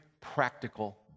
practical